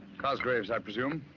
cosgrave so i presume?